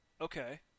Okay